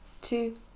two